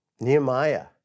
Nehemiah